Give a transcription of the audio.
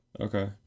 Okay